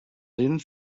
didn’t